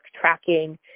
tracking